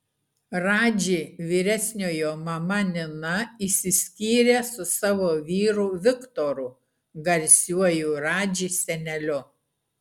radži vyresniojo mama nina išsiskyrė su savo vyru viktoru garsiuoju radži seneliu